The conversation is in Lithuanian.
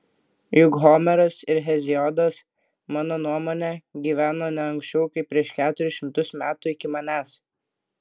juk homeras ir heziodas mano nuomone gyveno ne anksčiau kaip prieš keturis šimtus metų iki manęs